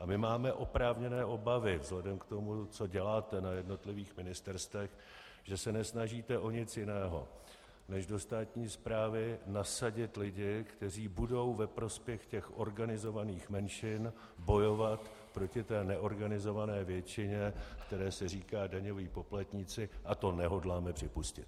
A my máme oprávněné obavy vzhledem k tomu, co děláte na jednotlivých ministerstvech, že se nesnažíte o nic jiného, než do státní správy nasadit lidi, kteří budou ve prospěch organizovaných menšin bojovat proti té neorganizované většině, které se říká daňoví poplatníci, a to nehodláme připustit.